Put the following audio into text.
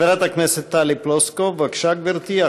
חברת הכנסת טלי פלוסקוב, בבקשה, גברתי.